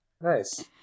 nice